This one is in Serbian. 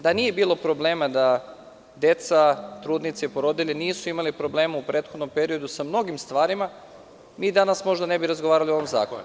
Da nije bilo problema, da deca, trudnice i porodilje nisu imali problema u prethodnom periodu sa mnogim stvarima, mi danas možda ne bi razgovarali o ovom zakonu.